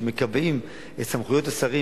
שמקבעים את סמכויות השרים.